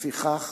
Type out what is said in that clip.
לפיכך,